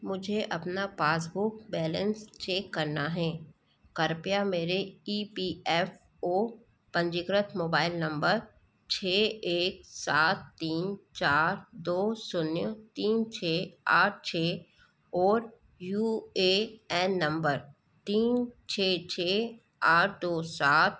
मुझे अपना passbook balance check करना है कृपया मेरे ई पी एफ ओ पंजीकृत मोबाइल नंबर छ एक सात तीन चार दो शून्य तीन छ आठ छ और यू ए एन नंबर तीन छ छ आठ दो सात